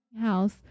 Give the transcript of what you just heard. house